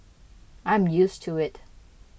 I am used to it